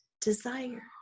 desire